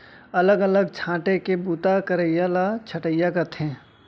अलग अलग छांटे के बूता करइया ल छंटइया कथें